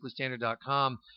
WeeklyStandard.com